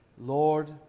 Lord